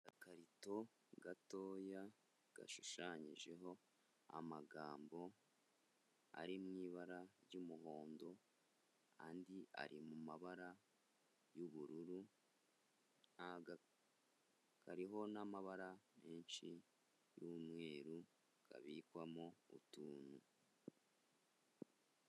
Agakarito gatoya, gashushanyijeho amagambo ari mu ibara ry'umuhondo, andi ari mu mabara y'ubururu, ni agakarito kariho n'amabara menshi y'umweru, kabikwamo utuntu.